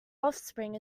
offspring